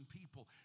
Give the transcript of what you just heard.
people